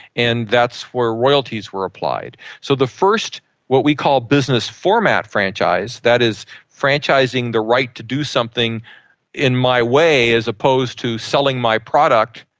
and that's where royalties were applied. so the first what we call business format franchise, that is franchising the right to do something in my way as opposed to selling my product,